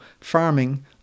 farming